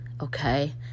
okay